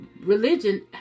religion